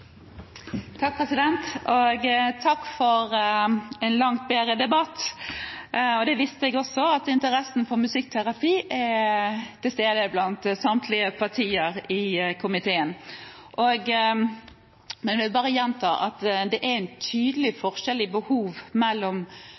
Takk for en god debatt. Jeg visste at interessen for musikkterapi var til stede blant samtlige partier i komiteen. Jeg vil gjenta at det er en tydelig forskjell i behov